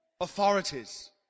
authorities